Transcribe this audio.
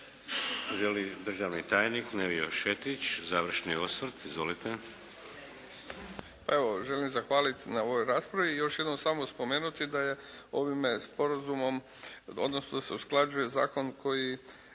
li državni tajnik Nevio Šetić završni osvrt? Izvolite.